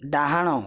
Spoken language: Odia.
ଡାହାଣ